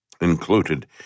included